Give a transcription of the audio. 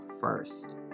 first